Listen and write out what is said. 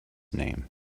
name